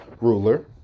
ruler